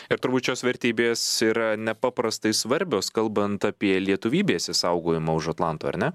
ir turbūt šios vertybės yra nepaprastai svarbios kalbant apie lietuvybės išsaugojimą už atlanto ar ne